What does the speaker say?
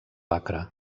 acre